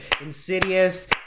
Insidious